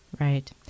Right